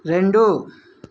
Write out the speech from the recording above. రెండు